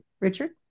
Richard